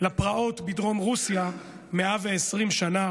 לפרעות בדרום רוסיה 120 שנה